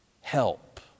Help